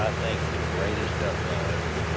i think, the greatest duck call ever.